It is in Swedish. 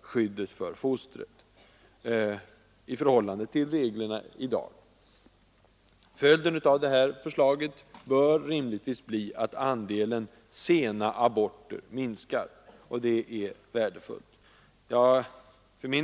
skyddet för fostret ökas i förhållande till reglerna i dag. Följden av det här förslaget bör rimligtvis bli att andelen sena aborter minskar, och det är värdefullt.